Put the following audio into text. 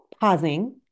pausing